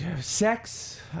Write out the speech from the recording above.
Sex